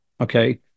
Okay